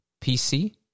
PC